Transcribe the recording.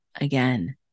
again